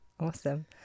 Awesome